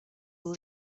will